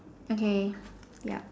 okay yup